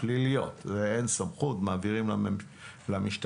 פליליות ואין סמכות, ואז מעבירים למשטרה.